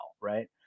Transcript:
right